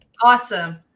Awesome